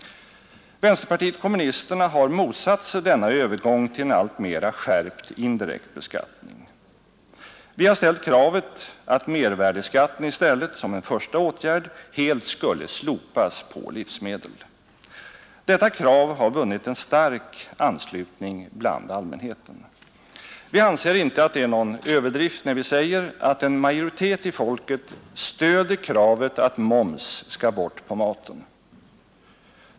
Vänsterpartiet kommunisterna har motsatt sig denna övergång till en alltmera skärpt indirekt beskattning. Vi har ställt kravet att mervärdeskatten i stället, som en första åtgärd, helt skulle slopas på livsmedel. Detta krav har vunnit en stark anslutning bland allmänheten. Vi anser inte att det är någon överdrift när vi säger att en majoritet i folket stöder kravet att moms skall bort på maten.